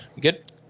Good